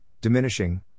diminishing